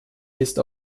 ist